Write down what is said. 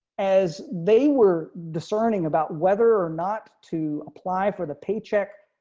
as they were discerning about whether or not to apply for the paycheck.